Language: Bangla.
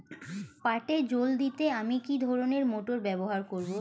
পাটে জল দিতে আমি কি ধরনের মোটর ব্যবহার করব?